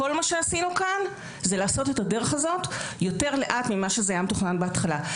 כל מה שעשינו כאן זה לעשות את הדרך הזאת יותר לאט ממה שתוכנן בהתחלה.